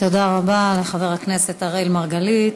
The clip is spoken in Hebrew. תודה רבה לחבר הכנסת אראל מרגלית.